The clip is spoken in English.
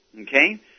okay